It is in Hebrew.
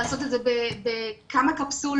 לעשות את זה בכמה קפסולות,